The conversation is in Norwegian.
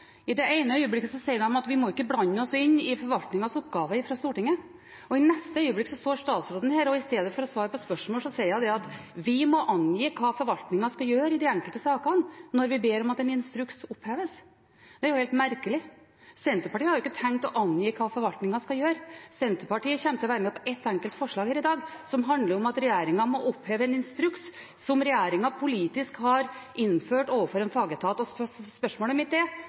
I det ene øyeblikket sier de at vi fra Stortingets side ikke må blande oss inn i forvaltningens oppgaver, mens statsråden i det neste øyeblikket står her og – i stedet for å svare på et spørsmål – sier at vi må angi hva forvaltningen skal gjøre i de enkelte sakene, når vi ber om at en instruks oppheves. Det er jo helt merkelig. Senterpartiet har ikke tenkt å angi hva forvaltningen skal gjøre. Senterpartiet kommer til å være med på et enkelt forslag her i dag, som handler om at regjeringen må oppheve en instruks som regjeringen politisk har innført overfor en fagetat. Og spørsmålet mitt er: